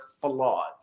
flaws